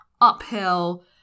uphill